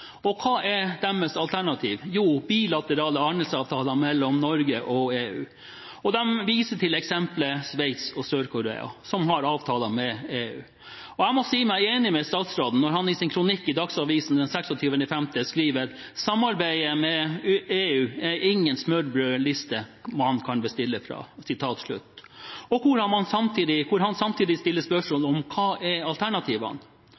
Og hva er deres alternativ? Jo, bilaterale handelsavtaler mellom Norge og EU. De viser til eksemplene Sveits og Sør-Korea, som har avtaler med EU. Jeg må si meg enig med statsråden når han i sin kronikk i Dagsavisen den 26. mai skriver: «Samarbeid med EU er ingen smørbrødliste man kan bestille fra.» Samtidig stiller han spørsmål om hva som er alternativene.